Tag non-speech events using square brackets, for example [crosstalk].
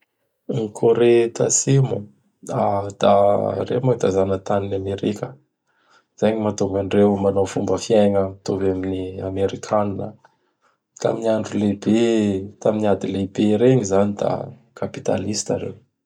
[noise] Ny Kore Tatsimo, [hesitation] da reo moa da zanatan'Amerika. Zay gny matonga andreo manao fomba fiaigna mitovy ami'ny Amerikanina. Tamin andro lehibe, tam ady lehibe regny zany da Kapitalista reo.